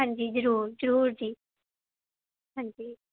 ਹਾਂਜੀ ਜ਼ਰੂਰ ਜ਼ਰੂਰ ਜੀ ਹਾਂਜੀ